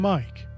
Mike